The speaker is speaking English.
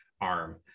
arm